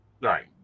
Right